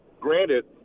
granted